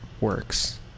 works